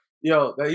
yo